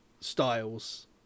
Styles